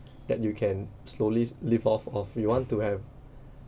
that you can slowly live off of you want to have